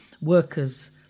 workers